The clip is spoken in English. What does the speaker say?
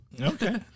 Okay